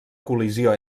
col·lisió